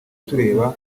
tureba